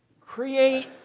Create